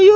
you